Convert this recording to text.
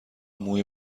موی